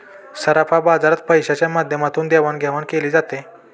सराफा बाजारात पैशाच्या माध्यमातून देवाणघेवाण केली जाते